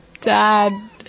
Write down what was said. dad